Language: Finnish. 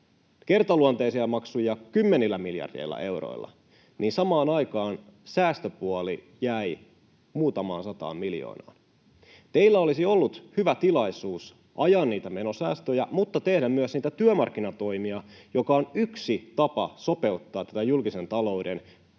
kertaluonteisia maksuja kymmenillä miljardeilla euroilla. Samaan aikaan säästöpuoli jäi muutamaan sataan miljoonaan. Teillä olisi ollut hyvä tilaisuus ajaa niitä menosäästöjä mutta tehdä myös niitä työmarkkinatoimia, mikä on yksi tapa sopeuttaa tätä julkisen talouden kamalan